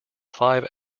five